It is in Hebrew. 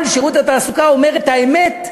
אבל שירות התעסוקה אומר את האמת,